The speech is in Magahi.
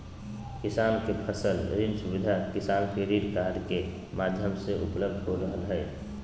किसान के फसल ऋण सुविधा किसान क्रेडिट कार्ड के माध्यम से उपलब्ध हो रहल हई